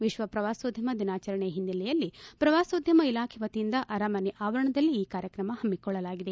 ವಿಶ್ವ ಪ್ರವಾಸೋದ್ಯಮ ದಿನಾಚಾರಣೆ ಹಿನ್ನೆಲೆಯಲ್ಲಿ ಪ್ರವಾಸೋದ್ಯಮ ಇಲಾಖೆ ವತಿಯಿಂದ ಅರಮನೆ ಆವರಣದಲ್ಲಿ ಈ ಕಾರ್ಯಕ್ರಮ ಹಮ್ಮಿಕೊಳ್ಳಲಾಗಿದೆ